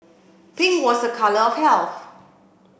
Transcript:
pink was a colour of health